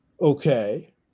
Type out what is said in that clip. Okay